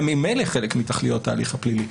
הם ממילא חלק מתכליות ההליך הפלילי.